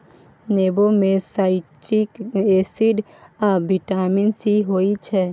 नेबो मे citric acid आ बिटामिन सी होइ छै